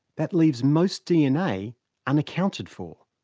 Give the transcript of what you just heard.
that leaves most dna unaccounted for.